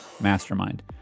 mastermind